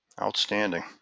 Outstanding